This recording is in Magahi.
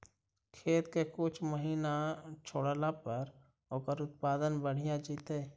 खेत के कुछ महिना छोड़ला पर ओकर उत्पादन बढ़िया जैतइ?